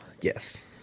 Yes